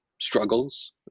struggles